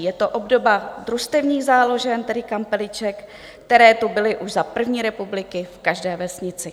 Je to obdoba družstevních záložen, tedy kampeliček, které tu byly už za první republiky v každé vesnici.